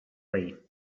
way